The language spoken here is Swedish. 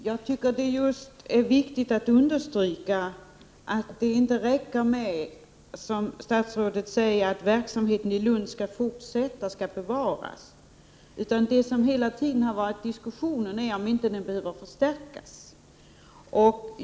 Herr talman! Det är viktigt att understryka att det inte räcker med att, som statsrådet gör, säga att verksamheten i Lund skall fortsätta och bevaras. Det som hela tiden har diskuterats är om inte verksamheten behöver förstärkas.